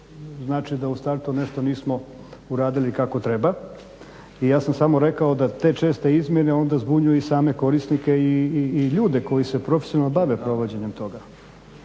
znači da u startu nešto nismo uradili kako treba. I ja sam samo rekao da te česte izmjene onda zbunjuju i same korisnike i ljude koji se profesionalno bave provođenjem toga.